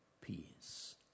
peace